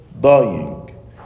dying